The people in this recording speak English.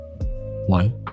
one